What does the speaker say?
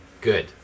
good